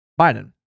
Biden